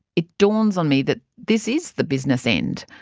it dawns on me that this is the business end.